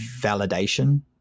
validation